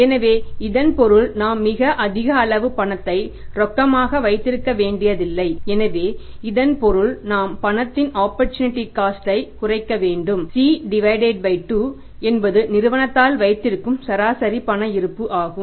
எனவே இதன் பொருள் நாம் அதிக அளவு பணத்தை ரொக்கமாக வைத்திருக்க வேண்டியதில்லை எனவே இதன் பொருள் நாம் பணத்தின் ஆப்பர்சூனிட்டி காஸ்ட் ஐ குறைக்க வேண்டும் C2 என்பது நிறுவனத்தால் வைத்திருக்கும் சராசரி பண இருப்பு ஆகும்